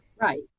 Right